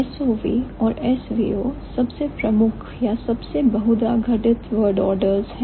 SOV और SVO सबसे प्रमुख या सबसे बहुधा घटित word orders हैं